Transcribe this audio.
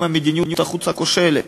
עם מדיניות החוץ הכושלת.